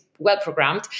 well-programmed